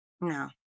no